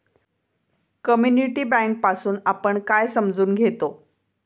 Community bank पासुन आपण काय समजून घेतो?